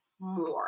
more